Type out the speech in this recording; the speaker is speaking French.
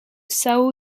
são